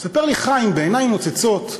מספר לי חיים בעיניים נוצצות: